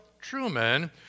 Truman